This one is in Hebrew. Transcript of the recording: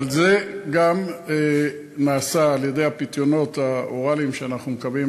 אבל זה גם נעשה על-ידי הפיתיונות האוראליים שאנחנו מקווים